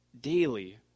daily